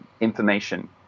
information